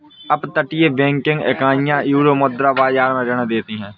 अपतटीय बैंकिंग इकाइयां यूरोमुद्रा बाजार में ऋण देती हैं